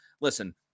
listen